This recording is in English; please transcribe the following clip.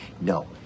No